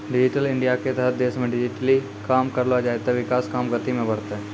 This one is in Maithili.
डिजिटल इंडियाके तहत देशमे डिजिटली काम करलो जाय ते विकास काम मे गति बढ़तै